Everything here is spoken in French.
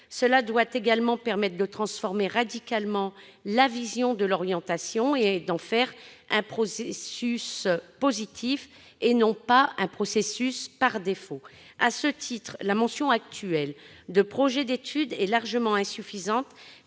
Cela doit également permettre de transformer radicalement la vision de l'orientation et d'en faire non un processus par défaut, mais un processus positif. À ce titre, la mention actuelle de « projet d'études » est largement insuffisante,